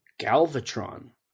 Galvatron